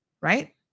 Right